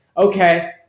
okay